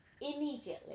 immediately